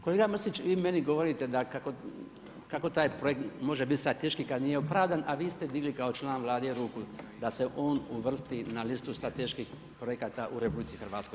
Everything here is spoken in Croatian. Kolega Mrsić vi meni govorite kako taj projekt može bit strateški kad nije opravdan, a vi ste digli kao član Vlade ruku da se on uvrsti na listu strateških projekata u RH.